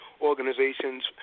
organizations